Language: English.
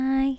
Bye